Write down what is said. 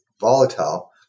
volatile